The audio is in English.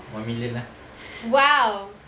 one million ah